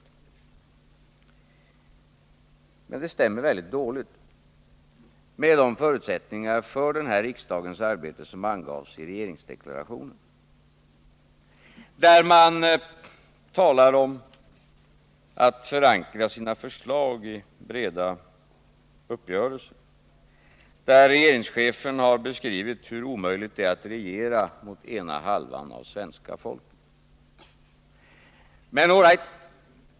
Detta stämmer emellertid väldigt dåligt med de förutsättningar för riksdagens arbete som angavs i regeringsdeklarationen, där man talar om att förankra sina förslag i breda uppgörelser och där regeringschefen har beskrivit hur omöjligt det är att regera mot ena halvan av svenska folket. Men, all right!